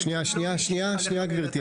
--- שנייה, גברתי.